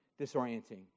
disorienting